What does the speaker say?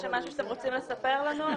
יש משהו שאתם רוצים לספר לנו?